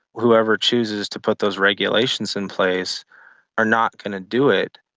whoever chooses to put those regulations in place are not going to do it,